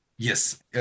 Yes